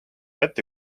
ette